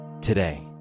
today